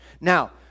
Now